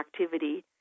activity